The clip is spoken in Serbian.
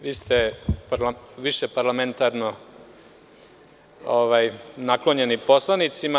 Vi ste više parlamentarno naklonjeni poslanicima.